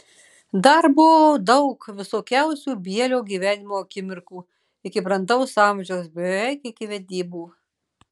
dar buvo daug visokiausių bielio gyvenimo akimirkų iki brandaus amžiaus beveik iki vedybų